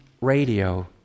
Radio